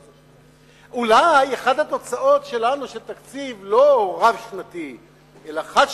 אולי אחת התוצאות שלנו של תקציב לא רב-שנתי אלא חד-שנתי,